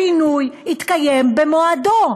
הפינוי יתקיים במועדו.